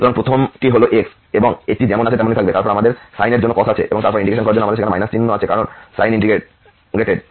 সুতরাং প্রথমটি হল x এবং এটি যেমন আছে তেমনই থাকবে তারপর আমাদের সাইন এর জন্য cos আছে এবং তারপর এই ইন্টিগ্রেশন করার জন্য আমাদের সেখানে চিহ্ন আছে কারণ সাইন ইন্টিগ্রেটেড